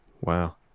Wow